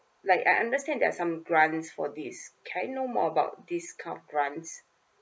like I understand there are some grants for this can I know more about this kind of grants